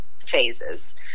Phases